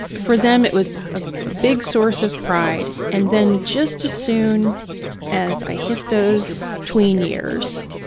for them, it was a big source of pride. and then just as soon as i hit those tween years,